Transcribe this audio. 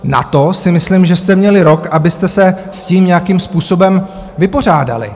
Na to si myslím, že jste měli rok, abyste se s tím nějakým způsobem vypořádali.